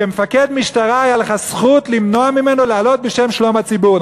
כמפקד משטרה הייתה לך זכות למנוע ממנו לעלות בשם שלום הציבור,